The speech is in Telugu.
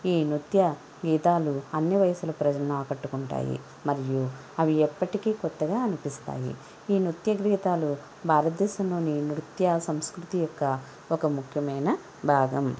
ఈ నృత్య గీతాలు అన్ని వయసుల ప్రజలను ఆకట్టుకుంటాయి మరియు అవి ఎప్పటికి కొత్తగా అనిపిస్తాయి ఈ నృత్య గీతాలు భారతదేశంలోనే నృత్య సంస్కృతి యొక్క ఒక ముఖ్యమైన భాగం